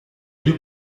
élu